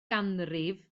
ganrif